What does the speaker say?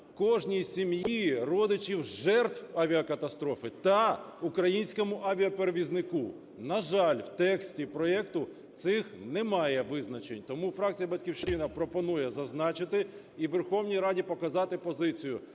кожній сім'ї, родичам жертв авіакатастрофи та українському авіаперевізнику. На жаль, в тексті проекту цих немає визначень. Тому фракція "Батьківщина" пропонує зазначити і Верховній Раді показати позицію: